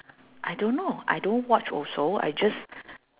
I don't know I don't watch also I just